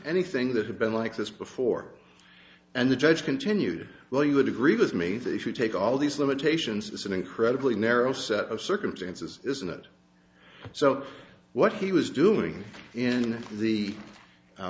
anything that had been like this before and the judge continued well you would agree with me they should take all these limitations it's an incredibly narrow set of circumstances isn't it so what he was doing in the